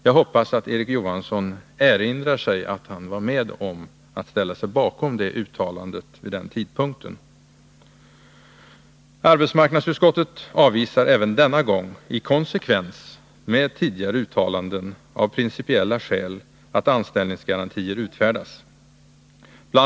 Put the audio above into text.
Jag hoppas att Erik Johansson erinrar sig att han ställde sig bakom detta uttalande vid den tidpunkten. Arbetsmarknadsutskottet avvisar även denna gång, i konsekvens med tidigare uttalanden, av principiella skäl att anställningsgarantier utfärdas. Bl.